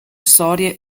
storie